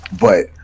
But-